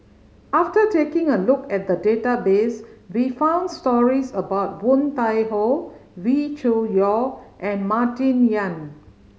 after taking a look at the database we found stories about Woon Tai Ho Wee Cho Yaw and Martin Yan